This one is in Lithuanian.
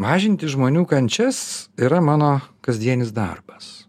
mažinti žmonių kančias yra mano kasdienis darbas